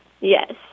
Yes